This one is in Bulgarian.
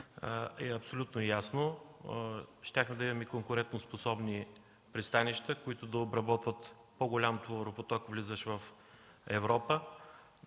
е абсолютно ясно – щяхме да имаме конкурентноспособни пристанища, които да обработват по-голям товаропоток, влизащ в Европа,